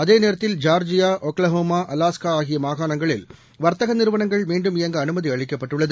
அதேநேரத்தில் ஜா்ஜியா ஒக்லஹோமா அலாஸ்காஆகியமாகாணங்களில் வா்த்தகநிறுவனங்கள் மீண்டும் இயங்கஅனுமதிஅளிக்கப்பட்டுள்ளது